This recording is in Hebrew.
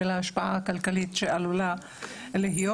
ולהשפעה הכלכלית שעלולה להיות.